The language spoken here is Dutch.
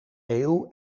eeuw